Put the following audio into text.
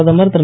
பிரதமர் திரு